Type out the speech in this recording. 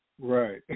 right